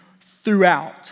throughout